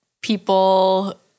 people